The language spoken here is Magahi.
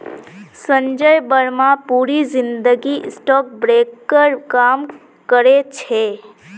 संजय बर्मा पूरी जिंदगी स्टॉक ब्रोकर काम करो छे